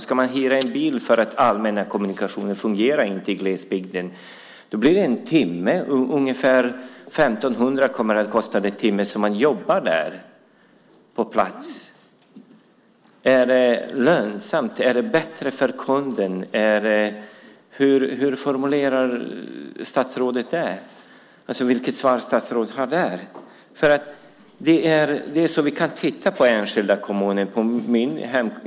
Ska man hyra en bil för att de allmänna kommunikationerna i glesbygden inte fungerar? Det kommer att kosta ungefär 1 500 kronor de timmar man jobbar på plats. Är det lönsamt? Är det bättre för kunden? Vilket svar har statsrådet på det? Vi kan titta på enskilda kommuner.